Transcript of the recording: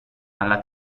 alla